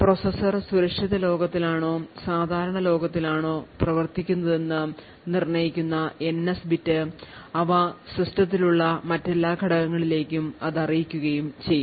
processor സുരക്ഷിത ലോകത്തിലാണോ സാധാരണ ലോകത്തിലാണോ പ്രവർത്തിക്കുന്നതെന്ന് നിർണ്ണയിക്കുന്ന എൻഎസ് ബിറ്റ് അവ സിസ്റ്റത്തിലുള്ള മറ്റെല്ലാ ഘടകങ്ങളിലേക്കും ഇത് അറിയിക്കുകയും ചെയ്യും